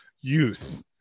youth